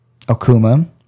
Okuma